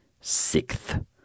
Sixth